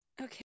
Okay